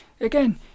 Again